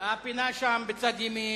הפינה שם בצד ימין,